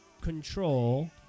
control